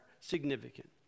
significant